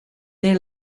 they